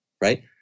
Right